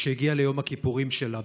שהגיעה ליום הכיפורים שלה.